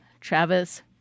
Travis